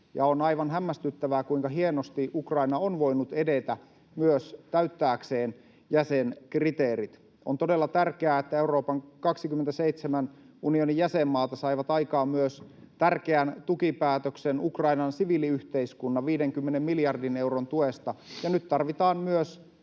ja on aivan hämmästyttävää, kuinka hienosti Ukraina on voinut edetä myös täyttääkseen jäsenkriteerit. On todella tärkeää, että Euroopan unionin 27 jäsenmaata saivat aikaan myös tärkeän tukipäätöksen Ukrainan siviiliyhteiskunnan 50 miljardin euron tuesta. Nyt tarvitaan myös